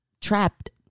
trapped